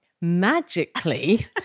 magically